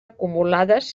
acumulades